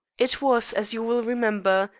it was, as you will remember,